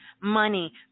money